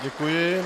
Děkuji.